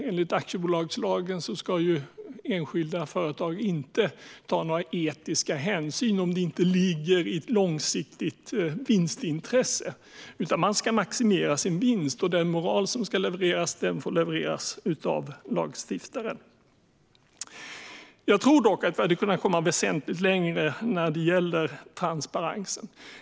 Enligt aktiebolagslagen ska enskilda företag inte ta några etiska hänsyn om det inte ligger i ett långsiktigt vinstintresse, utan företag ska maximera sin vinst. Den moral som ska levereras får levereras av lagstiftaren. Jag tror dock att vi hade kunnat komma väsentligt längre när det gäller transparensen.